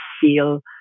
feel